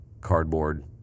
cardboard